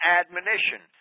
admonition